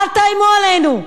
אל תאיימו עלינו.